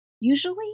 Usually